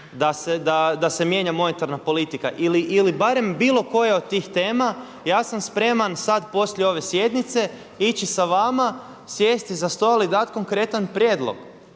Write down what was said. da se mijenja monetarna politika ili barem bilo koje od tih tema ja sam spreman sad poslije ove sjednice ići sa vama, sjesti za stol i dati konkretan prijedlog.